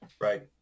Right